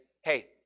hey